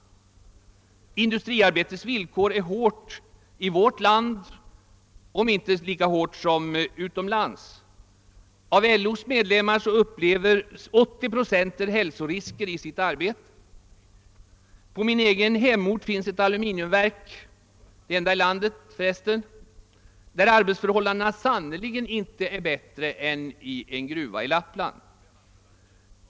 Industriarbetets villkor är hårda i vårt land, även om de inte är lika hårda som utomlands. Av LO:s medlemmar upplever 80 procent hälsorisker i sitt arbete. På min egen hemort finns ett aluminiumverk — det enda i landet — där arbetsförhållandena sannerligen inte är bättre än i en gruva i Lappland.